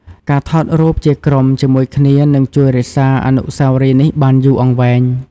ការថតរូបជាក្រុមជាមួយគ្នានឹងជួយរក្សាអនុស្សាវរីយ៍នេះបានយូរអង្វែង។